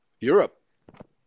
Europe